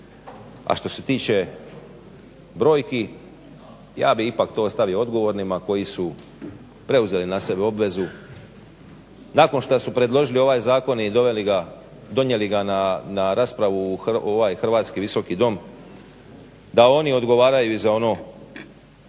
A što se tiče brojki ja bih ipak to ostavio odgovornima koji su preuzeli na sebe obvezu nakon što su predložili ovaj zakon i donijeli ga na raspravu u ovaj hrvatski Visoko dom da oni odgovaraju za ono